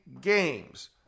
games